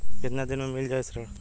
कितना दिन में मील जाई ऋण?